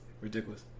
Ridiculous